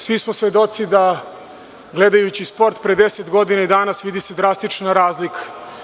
Svi smo svedoci da gledajući sport pre 10 godina i danas vidi se drastična razlika.